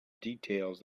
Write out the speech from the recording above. details